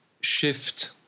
shift